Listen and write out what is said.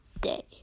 day